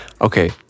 Okay